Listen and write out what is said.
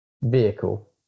vehicle